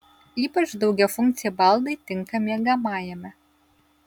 ypač daugiafunkciai baldai tinka miegamajame